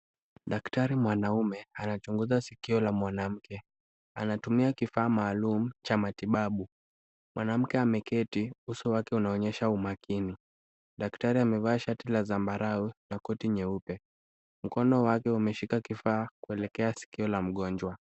Daktari mwanamme anachunguza sikio na mwanamke, anatumia kifaa maalumu cha matibabu, mwanamke ameketi , uso wake ukionyesha umaakini, daktari amevaa shati ya zambarau na koti nyeupe, mkono wake umeshika kifaa kuelekea sikio na mgonjwa .